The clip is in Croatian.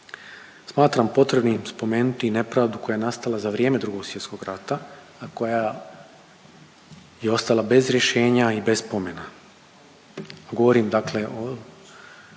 smatram potrebnim spomenuti i nepravdu koja je nastala za vrijeme Drugog svjetskog rata, a koja je ostala bez rješenja i bez promjena. Govorim dakle o